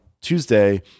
Tuesday